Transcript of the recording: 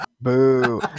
Boo